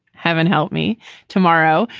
heaven help me tomorrow.